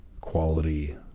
quality